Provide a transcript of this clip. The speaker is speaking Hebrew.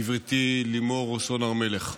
גברתי לימור סון הר מלך,